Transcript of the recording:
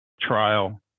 trial